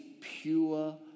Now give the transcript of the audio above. pure